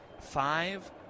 five